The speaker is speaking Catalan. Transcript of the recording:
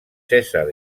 cèsar